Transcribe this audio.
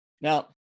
Now